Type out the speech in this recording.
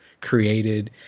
created